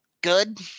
good